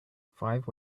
five